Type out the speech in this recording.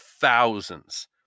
thousands